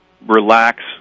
relax